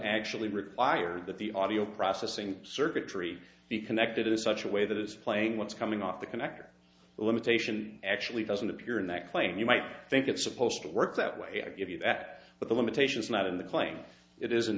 actually require that the audio processing circuitry be connected is such a way that it's playing what's coming off the connector the limitation actually doesn't appear in that claim you might think it's supposed to work that way i give you that but the limitations not in the playing it isn't